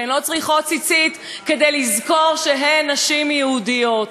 והן לא צריכות ציצית כדי לזכור שהן נשים יהודיות,